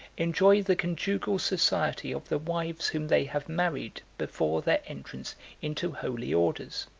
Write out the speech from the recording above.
enjoy the conjugal society of the wives whom they have married before their entrance into holy orders.